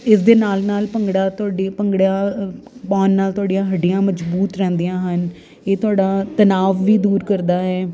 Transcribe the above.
ਇਸ ਦੇ ਨਾਲ ਨਾਲ ਭੰਗੜਾ ਤੁਹਾਡੀ ਭੰਗੜਾ ਪਾਉਣ ਨਾਲ ਤੁਹਾਡੀਆਂ ਹੱਡੀਆਂ ਮਜ਼ਬੂਤ ਰਹਿੰਦੀਆਂ ਹਨ ਇਹ ਤੁਹਾਡਾ ਤਨਾਵ ਵੀ ਦੂਰ ਕਰਦਾ ਹੈ